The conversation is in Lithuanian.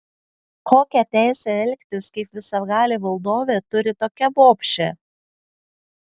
kokią teisę elgtis kaip visagalė valdovė turi tokia bobšė